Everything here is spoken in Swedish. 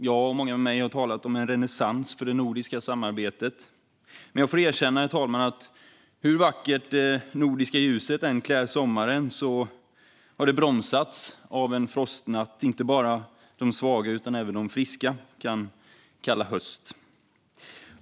Jag och många med mig har talat om en renässans för det nordiska samarbetet, men jag får erkänna, herr talman, att hur vackert det nordiska ljuset än klär sommaren har det bromsats av en frostnatt som inte bara de svaga utan även de friska kan kalla höst.